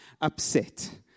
upset